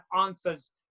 answers